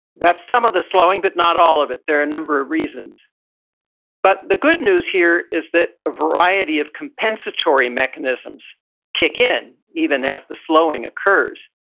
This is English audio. that's some of the slowing, but not all of it. there are a number of reasons but the good news here is that a variety of compensatory mechanisms kick in even as the slowing occurs.